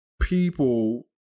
people